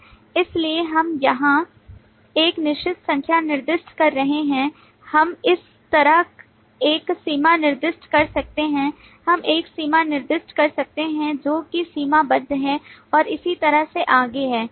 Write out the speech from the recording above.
इसलिए हम यहां एक निश्चित संख्या निर्दिष्ट कर सकते हैं हम इस तरह एक सीमा निर्दिष्ट कर सकते हैं हम एक सीमा निर्दिष्ट कर सकते हैं जो कि सीमाबद्ध है और इसी तरह से आगे है